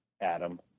Adam